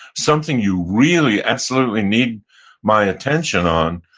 something you really absolutely need my attention on,